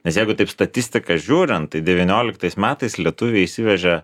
nes jeigu taip statistiką žiūrint tai devynioliktais metais lietuviai įsivežė